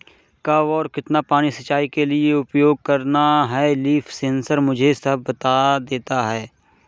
कब और कितना पानी सिंचाई के लिए उपयोग करना है लीफ सेंसर मुझे सब बता देता है